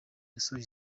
yasoje